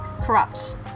corrupt